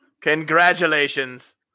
Congratulations